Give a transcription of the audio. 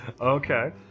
Okay